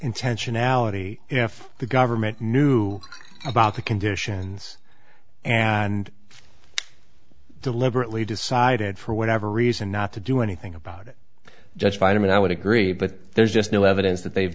intentionality if the government knew about the conditions and deliberately decided for whatever reason not to do anything about it just find him and i would agree but there's just no evidence that they've